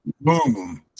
Boom